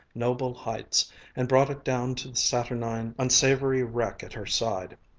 noble heights and brought it down to the saturnine, unsavory wreck at her side.